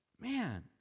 Man